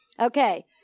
Okay